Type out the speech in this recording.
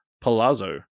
palazzo